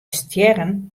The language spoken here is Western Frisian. stjerren